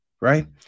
right